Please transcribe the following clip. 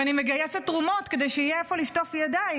ואני מגייסת תרומות כדי שיהיה איפה לשטוף ידיים,